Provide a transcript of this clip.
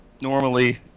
normally